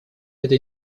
это